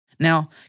Now